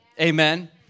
Amen